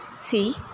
see